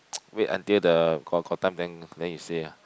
wait until the got got time then then you say ah